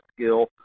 skill